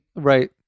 Right